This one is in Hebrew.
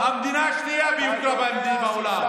בממוצע של ה-OECD ביוקר המחיה.